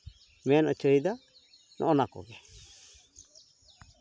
ᱢᱮᱱ ᱚᱪᱚᱭᱮᱫᱟ ᱱᱚᱜᱼᱚ ᱱᱚᱣᱟ ᱠᱚᱜᱮ